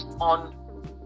on